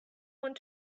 want